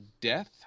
death